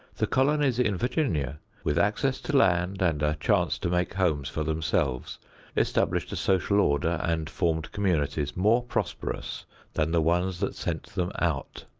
the colonies in virginia with access to land and a chance to make homes for themselves established a social order and formed communities more prosperous than the ones that sent them out.